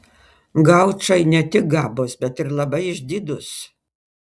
gaučai ne tik gabūs bet ir labai išdidūs